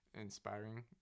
inspiring